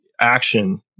action